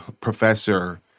professor